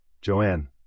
Joanne